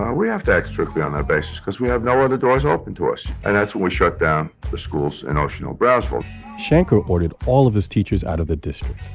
um we have to act strictly on that basis because we have no other doors open to us. and that's when we shut down the schools in ocean hill-brownsville shanker ordered all of his teachers out of the district,